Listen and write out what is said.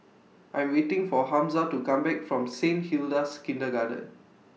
I'm waiting For Hamza to Come Back from Saint Hilda's Kindergarten